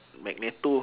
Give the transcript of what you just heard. magneto